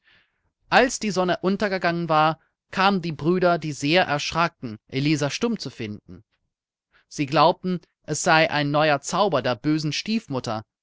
als die sonne untergegangen war kamen die brüder die sehr erschraken elisa stumm zu finden sie glaubten es sei ein neuer zauber der bösen stiefmutter